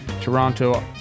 Toronto